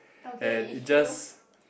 and it just